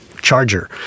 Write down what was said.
charger